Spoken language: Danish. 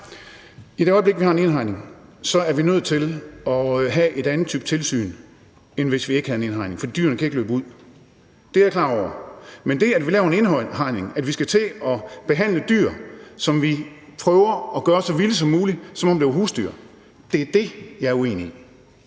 I det øjeblik, vi har en indhegning, er vi nødt til at have en anden type tilsyn, end hvis vi ikke havde en indhegning, for dyrene kan ikke løbe ud. Det er jeg klar over. Men det, at vi laver en indhegning, og at vi skal til at behandle de dyr, som vi prøver at gøre så vilde som muligt, som om de var husdyr, er det, jeg er uenig i.